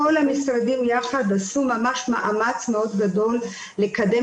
כל המשרדים יחד עשו ממש מאמץ מאוד גדול לקדם